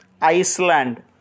Iceland